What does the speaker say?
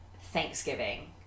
Thanksgiving